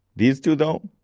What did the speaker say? these two though?